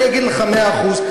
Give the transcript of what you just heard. אני אגיד לך: מאה אחוז.